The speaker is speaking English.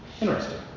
Interesting